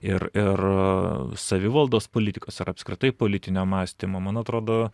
ir ir savivaldos politikos ir apskritai politinio mąstymo man atrodo